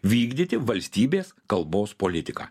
vykdyti valstybės kalbos politiką